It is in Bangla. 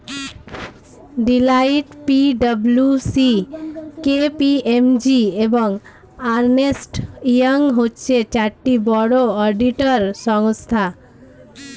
Deloitte, P W C, K P M G, এবং আর্নেস্ট ইয়ং হচ্ছে চারটি বড় অডিটর সংস্থা